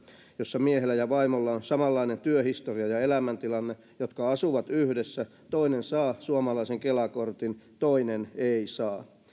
jossa miehellä ja vaimolla on samanlainen työhistoria ja elämäntilanne ja joka asuu yhdessä toinen saa suomalaisen kela kortin toinen ei saa